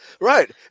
Right